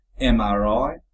MRI